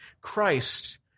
Christ